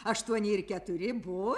aštuoni ir keturi buvo